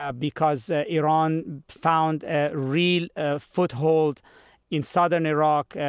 ah because iran found a real ah foothold in southern iraq. and